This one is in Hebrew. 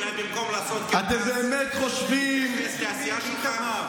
אולי במקום לעשות קרקס תתייחס לעשייה שלך?